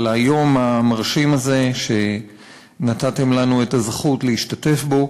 על היום המרשים הזה שנתתם לנו את הזכות להשתתף בו.